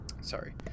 sorry